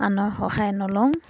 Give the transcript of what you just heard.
আনৰ সহায় নলওঁ